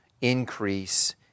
increase